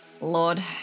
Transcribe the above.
lord